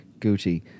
Gucci